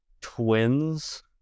twins